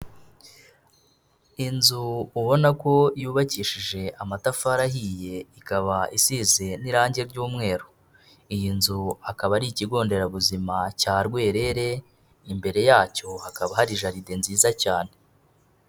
Inzu ubona ko yubakishije amatafari ahiye ikaba isize n'irangi ry'umweru, iyi nzu akaba ari ikigo nderabuzima cya Rwerere, imbere yacyo hakaba hari jaride nziza cyane.